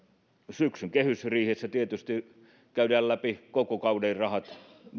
syksyn kehysriihessä tietysti käydään läpi koko kauden rahat